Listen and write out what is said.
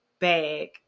bag